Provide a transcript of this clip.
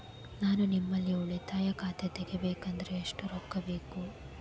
ನಾ ನಿಮ್ಮಲ್ಲಿ ಉಳಿತಾಯ ಖಾತೆ ತೆಗಿಬೇಕಂದ್ರ ಎಷ್ಟು ರೊಕ್ಕ ಬೇಕು?